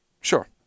Sure